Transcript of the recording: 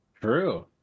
True